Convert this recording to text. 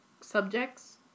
subjects